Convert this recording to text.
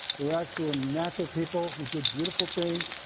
they were actually natural people who did beautiful things,